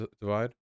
divide